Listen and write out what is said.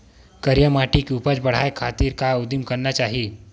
करिया माटी के उपज बढ़ाये खातिर का उदिम करना चाही?